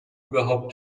überhaupt